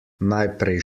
najprej